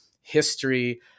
history